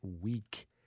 week